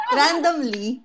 randomly